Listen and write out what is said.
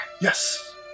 Yes